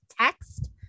text